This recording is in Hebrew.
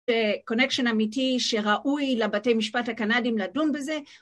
קונקשן אמיתי שראוי לבתי משפט הקנדים לדון בזה.